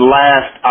last